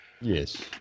Yes